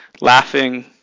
Laughing